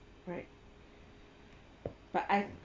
right but I